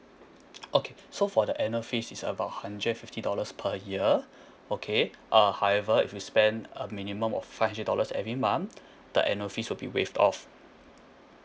okay so for the annual fee is about hundred fifty dollars per year okay uh however if you spend a minimum of five hundred dollars every month the annual fees will be waived off